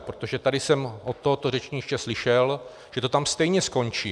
Protože tady jsem od tohoto řečniště slyšel, že to tam stejně skončí.